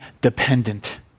dependent